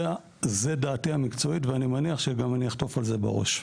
זו דעתי המקצועית ואני מניח שאני גם אחטוף על זה בראש.